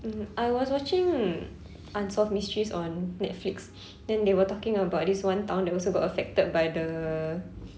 mm I was watching unsolved mysteries on netflix then they were talking about this one town there also got affected by the